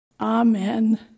Amen